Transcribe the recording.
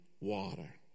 water